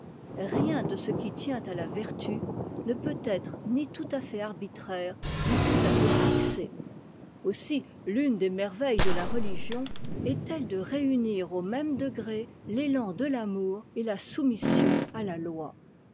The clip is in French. rien de ce qui tient à la vertu ne peut être ni tout à fait arbitraire ni tout à fait cxé aussi l'une des merveilles de la religion est-elle de réunir au même degré l'élan de l'amour et la soumission à la loi